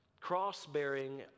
Cross-bearing